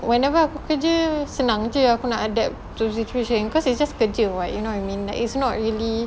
whenever aku kerja senang jer adapt to the situation cause it's just kerja [what] you know what I mean like it's not really